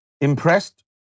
impressed